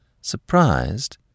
surprised